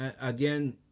Again